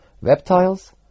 reptiles